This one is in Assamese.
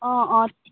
অ অ